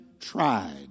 tried